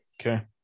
Okay